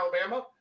Alabama